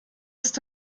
ist